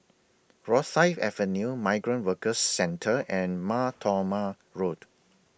Rosyth Avenue Migrant Workers Centre and Mar Thoma Road